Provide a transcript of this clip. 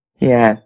Yes